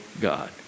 God